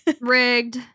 Rigged